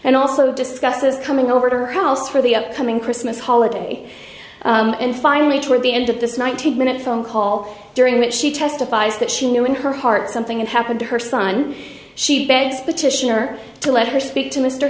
and also discusses coming over to her house for the upcoming christmas holiday and finally toward the end of this ninety minute phone call during which she testifies that she knew in her heart something that happened to her son she begs petitioner to let her speak to mr